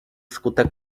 wskutek